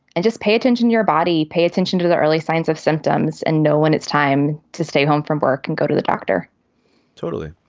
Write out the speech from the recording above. and just pay attention your body, pay attention to to the early signs of symptoms and know when it's time to stay home from work and go to the doctor totally.